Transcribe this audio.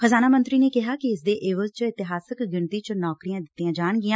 ਖ਼ਜ਼ਾਨਾ ਮੰਤਰੀ ਨੇ ਕਿਹਾ ਕਿ ਇਸ ਦੇ ਇਵਜ਼ ਚ ਇਤਿਹਾਸਕ ਗਿਣਤੀ ਚ ਨੌਕਰੀਆਂ ਦਿੱਤੀਆਂ ਜਾਣਗੀਆਂ